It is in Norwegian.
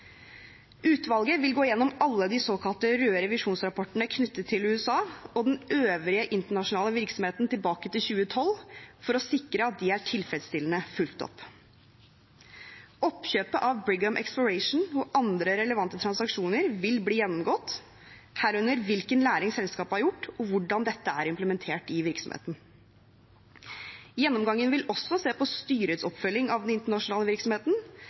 Utvalget vil gå gjennom alle de såkalte røde revisjonsrapportene knyttet til USA og den øvrige internasjonale virksomheten tilbake til 2012 for å sikre at de er tilfredsstillende fulgt opp. Oppkjøpet av Brigham Exploration og andre relevante transaksjoner vil bli gjennomgått, herunder hvilken læring selskapet har gjort, og hvordan dette er implementert i virksomheten. Gjennomgangen vil også se på styrets oppfølging av den internasjonale virksomheten.